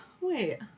wait